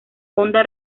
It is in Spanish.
honda